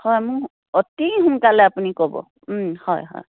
হয় মোক অতি সোনকালে আপুনি ক'ব হয় হয়